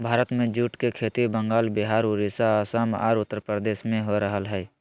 भारत में जूट के खेती बंगाल, विहार, उड़ीसा, असम आर उत्तरप्रदेश में हो रहल हई